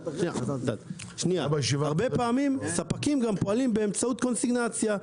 הרבה פעמים ספקים גם פועלים באמצעות קונסיגנציה,